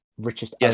Richest